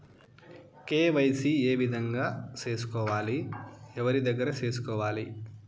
KYC ఏ విధంగా సేసుకోవాలి? ఎవరి దగ్గర సేసుకోవాలి?